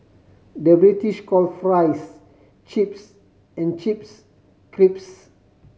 the British calls fries chips and chips crisps